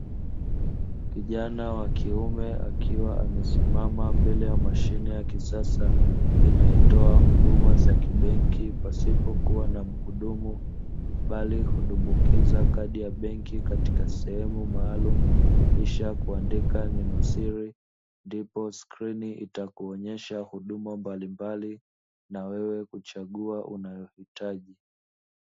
Kijana wa kiume akiwa amesimama mbele ya mashine ya kisasa inayotoa huduma za kibenki, pasipokua na muhudumu bali hudumbukiza kadi ya benki katika sehemu maalumu kisha kuandika neno siri ndipo skrini itakuonesha huduma mbalimbali na wewe huchagua unayohitaji.